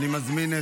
תצילו?